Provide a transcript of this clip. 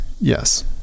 Yes